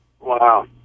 Wow